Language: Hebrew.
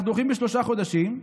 אנחנו דוחים בשלושה חודשים,